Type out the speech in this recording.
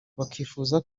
bakifuza